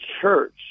Church